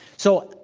so,